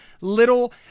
little